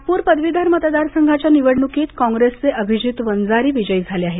नागपूर पदवीधर मतदार संघाच्या निवडणुकीत काँग्रेसचे अभिजीत वंजारी विजयी झाले आहेत